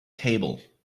table